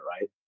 right